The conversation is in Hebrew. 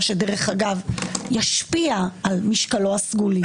מה שדרך אגב ישפיע על משקלו הסגולי